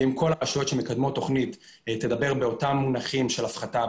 ואם כל הרשויות שמקדמות תוכנית תדברנה באותם מונחים של הפחתה,